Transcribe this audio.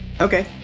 Okay